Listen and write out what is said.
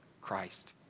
Christ